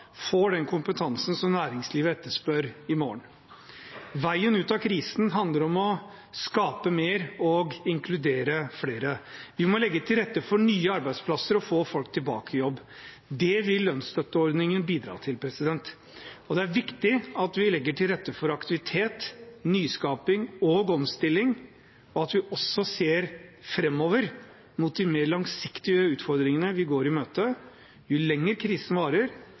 får den kompetansen som næringslivet etterspør i morgen. Veien ut av krisen handler om å skape mer og inkludere flere. Vi må legge til rette for nye arbeidsplasser og for å få folk tilbake i jobb. Det vil lønnsstøtteordningen bidra til. Det er viktig at vi legger til rette for aktivitet, nyskaping og omstilling, og at vi også ser framover mot de mer langsiktige utfordringene vi går i møte. Jo lenger krisen varer,